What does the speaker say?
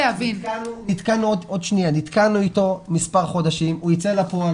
נתקענו אתו מספר חודשים אבל הוא יצא לפועל.